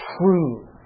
true